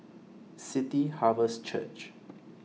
City Harvest Church